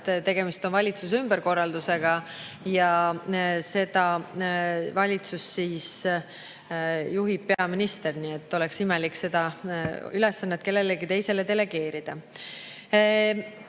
tegemist on valitsuse ümberkorraldamisega ja valitsust juhib peaminister. Nii et oleks imelik seda ülesannet kellelegi teisele delegeerida.